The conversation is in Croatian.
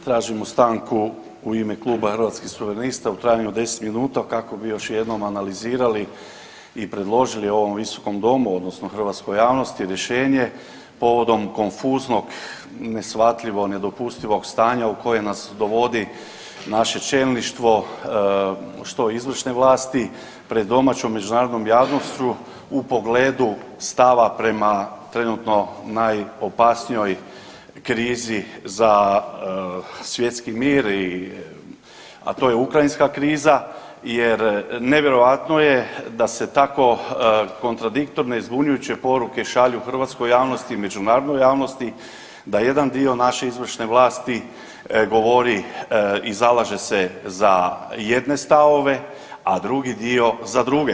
Tražimo stanku u ime Kluba Hrvatskih suverenista u trajanju od 10 minuta kako bi još jednom analizirali i predložili ovom Visokom domu, odnosno hrvatskoj javnosti rješenje povodom konfuznog, neshvatljivo nedopustivog stanja u koje nas dovodi naše čelništvo, što izvršne vlasti, pred domaćom i međunarodnom javnošću u pogledu stava prema trenutno najopasnijoj krizi za svjetski mir i, a to je ukrajinska kriza jer nevjerojatno je da se tako kontradiktorne i zbunjujuće poruke šalju hrvatskoj javnosti i međunarodnoj javnosti, da jedan dio naše izvršne vlasti govori i zalaže se za jedne stavove, a drugi dio za druge.